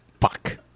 Fuck